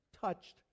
touched